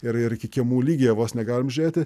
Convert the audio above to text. ir ir iki kiemų lygyje vos negalim žiūrėti